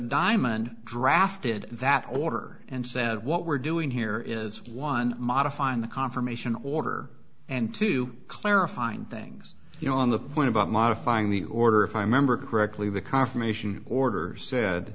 dimond drafted that order and said what we're doing here is one modifying the confirmation order and two clarifying things you know on the point about modifying the order if i remember correctly the confirmation order said